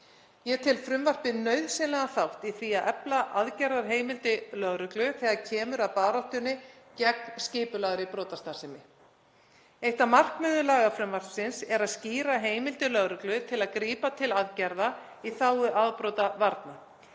Ég tel frumvarpið nauðsynlegan þátt í því að efla aðgerðarheimildir lögreglu þegar kemur að baráttunni gegn skipulagðri brotastarfsemi. Eitt af markmiðum lagafrumvarpsins er að skýra heimildir lögreglu til að grípa til aðgerða í þágu afbrotavarna,